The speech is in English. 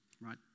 right